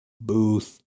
Booth